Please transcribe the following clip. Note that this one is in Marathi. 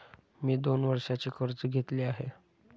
मी दोन वर्षांचे कर्ज घेतले आहे